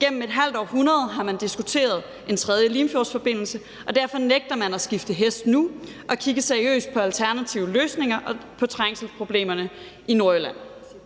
Gennem et halvt århundrede har man diskuteret en tredje Limfjordsforbindelse, og derfor nægter man at skifte hest nu og kigge seriøst på alternative løsninger og på trængselsproblemerne i Nordjylland.